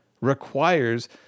requires